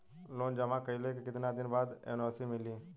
Loan जमा कइले के कितना दिन बाद एन.ओ.सी मिली?